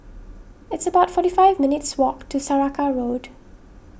it's about forty five minutes walk to Saraca Road